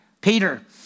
Peter